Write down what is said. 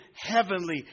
heavenly